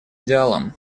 идеалам